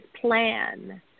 plan